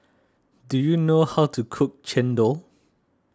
do you know how to cook Chendol